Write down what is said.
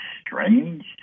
Strange